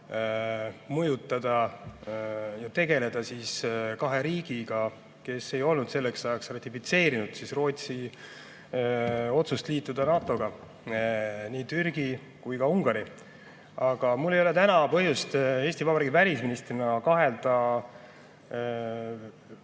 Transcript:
mõjutada kaht riiki, kes ei olnud selleks ajaks ratifitseerinud Rootsi otsust liituda NATO-ga, nii Türgit kui ka Ungarit. Aga mul ei ole täna põhjust Eesti Vabariigi välisministrina kahelda